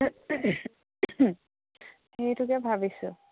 সেইটোকে ভাবিছোঁ